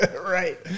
right